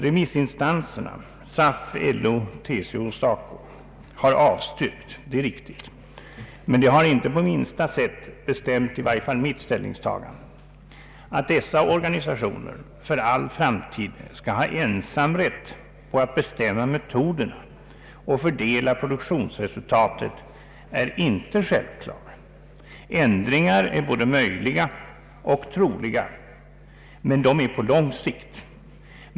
Remissinstanserna — SAF, LO, TCO och SACO — har avstyrkt, det är riktigt, men det har inte på minsta sätt bestämt i varje fall mitt ställningstagande. Att dessa organisationer för all framtid skall ha ensamrätt att bestämma metoderna att fördela produktionsresultatet är inte självklart. Ändringar är både möjliga och troliga på lång sikt.